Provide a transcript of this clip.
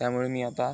त्यामुळे मी आता